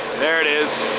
there it is.